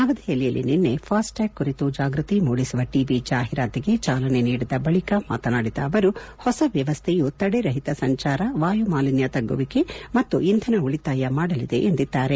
ನವದೆಹಲಿಯಲ್ಲಿ ನಿನ್ನೆ fast tag ಕುರಿತು ಜಾಗ್ಬತಿ ಮೂಡಿಸುವ ಟಿವಿ ಜಾಹೀರಾತಿಗೆ ಚಾಲನೆ ನೀಡಿದ ಬಳಿಕ ಮಾತನಾಡಿದ ಅವರು ಹೊಸ ವ್ಯವಸ್ಥೆಯು ತದೆರಹಿತ ಸಂಚಾರ ವಾಯುಮಾಲಿನ್ನ ತಗ್ಗುವಿಕೆ ಮತ್ತು ಇಂಧನ ಉಳಿತಾಯ ಮಾಡಲಿದೆ ಎಂದಿದ್ದಾರೆ